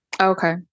Okay